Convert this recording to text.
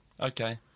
Okay